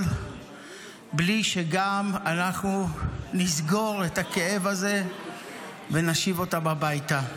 בלי שגם אנחנו נסגור את הכאב הזה ונשיב אותם הביתה.